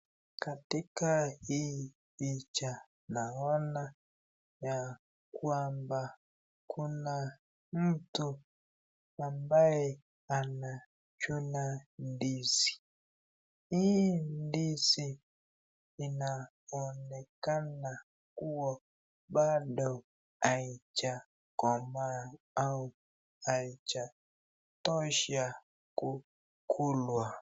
Katika hii picha naona yakwamba kuna mtu ambaye anachunan ndizi, hii ndizi inaonkeana kuwa bado haijakomaa au haijatosha kulwa.